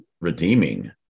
redeeming